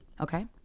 Okay